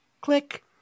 Click